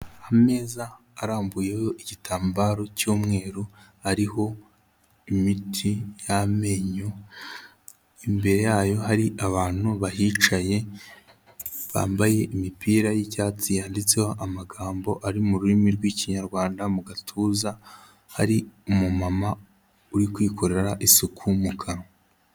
Ameza arambuyeho igitambaro cy'umweru ariho imiti y'amenyo, imbere yayo hari abantu bahicaye bambaye imipira y'icyatsi yanditseho amagambo ari mu rurimi rw'Ikinyarwanda mu gatuza, hari umumama uri kwikorera isuku mu kanwa.